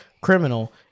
criminal